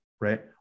right